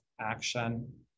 action